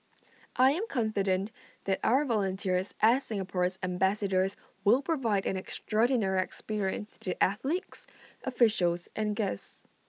I am confident that our volunteers as Singapore's ambassadors will provide an extraordinary experience to athletes officials and guests